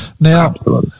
Now